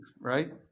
Right